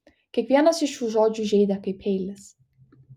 kiekvienas iš šių žodžių žeidė kaip peilis